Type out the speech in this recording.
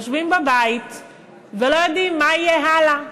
יושבים בבית ולא יודעים מה יהיה הלאה,